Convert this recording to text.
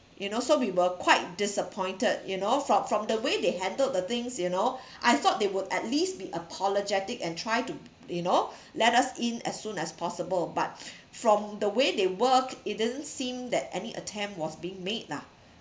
you know so we were quite disappointed you know from from the way they handled the things you know I thought they would at least be apologetic and try to you know let us in as soon as possible but from the way they work it didn't seem that any attempt was being made lah